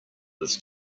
this